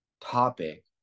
topic